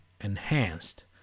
enhanced